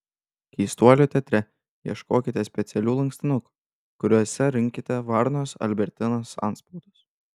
keistuolių teatre ieškokite specialių lankstinukų kuriuose rinkite varnos albertinos antspaudus